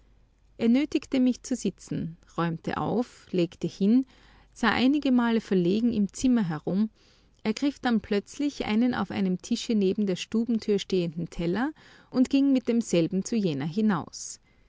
er nötigte mich zu sitzen räumte auf legte hin sah einigemal verlegen im zimmer herum ergriff dann plötzlich einen auf einem tische neben der stubentür stehenden teller und ging mit demselben zu jener hinaus